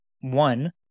one